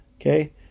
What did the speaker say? Okay